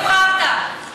נבחרת?